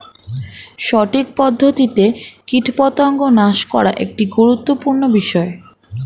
সঠিক পদ্ধতিতে কীটপতঙ্গ নাশ করা একটি গুরুত্বপূর্ণ বিষয়